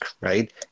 right